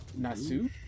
Nasu